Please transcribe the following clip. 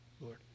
Lord